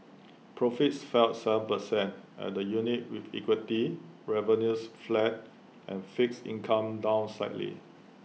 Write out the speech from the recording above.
profits fell Seven percent at the unit with equity revenues flat and fixed income down slightly